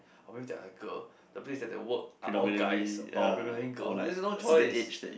or maybe they are a girl the place that they work are all guys or probably girls then no choice